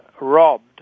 robbed